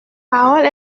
parole